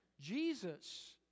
Jesus